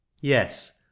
yes